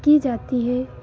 की जाती है